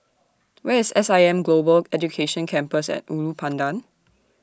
Where IS S I M Global Education Campus At Ulu Pandan